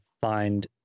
find